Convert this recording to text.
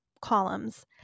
columns